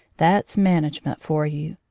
that's management for you!